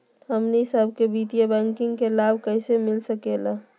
हमनी सबके वित्तीय बैंकिंग के लाभ कैसे मिलता सके ला?